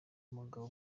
umugabo